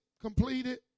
completed